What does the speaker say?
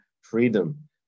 freedom